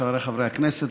חבריי חברי הכנסת,